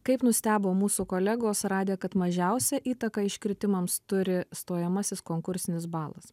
kaip nustebo mūsų kolegos radę kad mažiausią įtaką iškritimams turi stojamasis konkursinis balas